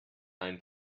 ein